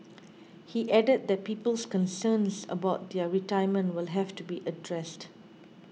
he added that people's concerns about their retirement will have to be addressed